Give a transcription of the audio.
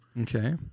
Okay